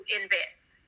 invest